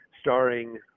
starring